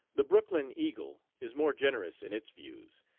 the brooklyn eagle is more generous in its views.